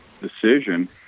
decision